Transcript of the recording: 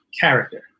character